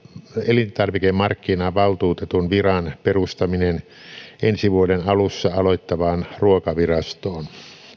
elintarvikemarkkinavaltuutetun viran perustaminen ensi vuoden alussa aloittavaan ruokavirastoon